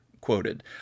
quoted